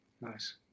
Nice